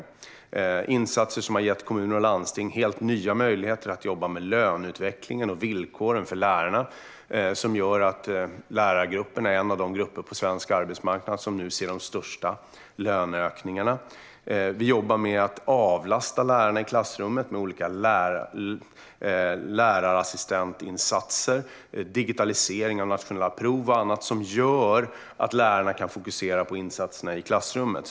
Det är också insatser som har gett kommuner och landsting helt nya möjligheter att jobba med löneutvecklingen och villkoren för lärarna och som gör att lärargruppen är en av de grupper på svensk arbetsmarknad som nu ser de största löneökningarna. Vi jobbar med att avlasta lärarna i klassrummet med olika lärarassistentinsatser, digitalisering av nationella prov och annat som gör att lärarna kan fokusera på insatserna i klassrummet.